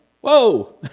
Whoa